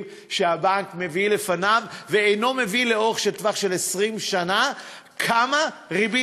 שהבנק מביא לפניו ואינו מבין לאורך טווח של 20 שנה כמה ריבית